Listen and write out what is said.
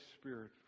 Spirit